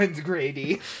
Grady